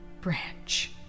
branch